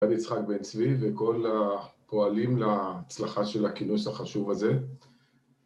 אני יצחק בן צבי וכל הפועלים להצלחה של הכינוס החשוב הזה